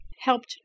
helped